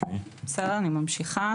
אני ממשיכה.